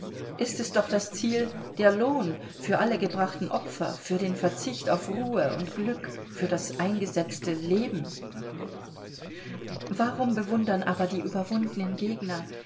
ist es doch das ziel der lohn für alle gebrachten opfer für den verzicht auf ruhe und glück für das eingesetzte leben warum bewundern aber die überwundenen gegner